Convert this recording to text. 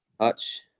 touch